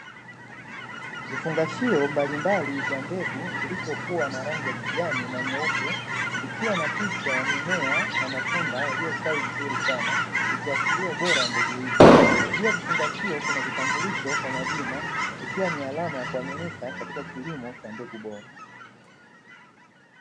Vifungashio mbalimbali vya mbegu vilivyokuwa na rangi ya kijani na nyeupe vikiwa na picha ya mimea na matunda yaliyostawi vizuri sana, ikiashiria ubora wa mbegu hizi, juu ya vifungashio kuna vitambulisho kwa majina vikiwa ni alama ya kuaminika katika kilimo cha mbegu bora.